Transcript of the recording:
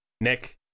Nick